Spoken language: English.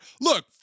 Look